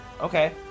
Okay